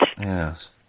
Yes